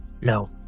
No